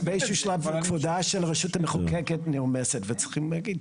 שבאיזשהו שלב כבודה של הרשות המחוקקת נרמסת וצריכים להגיד,